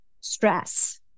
stress